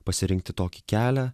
pasirinkti tokį kelią